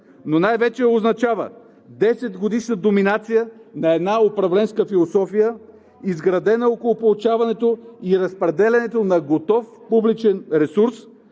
Но най-вече означава 10-годишна доминация на една управленска философия, изградена около получаването и разпределянето на готов публичен ресурс,